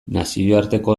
nazioarteko